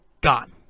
gone